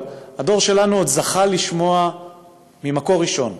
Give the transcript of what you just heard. אבל הדור שלנו עוד זכה לשמוע ממקור ראשון.